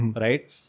right